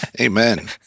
Amen